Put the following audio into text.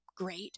great